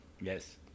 Yes